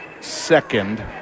second